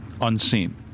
unseen